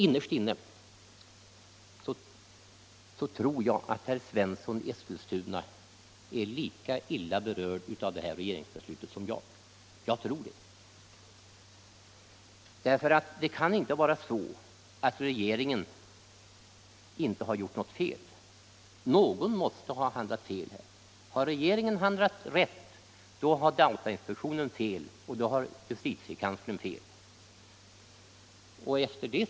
Innerst inne tror jag att herr Svensson i Eskilstuna är lika illa berörd av detta regeringsbeslut som jag. Det kan inte vara så att regeringen eller andra inte gjort något fel, någon måste ha handlat fel. Har regeringen handlat rätt då har datainspektionen och justitiekanslern handlat fel.